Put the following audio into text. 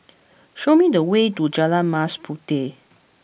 show me the way to Jalan Mas Puteh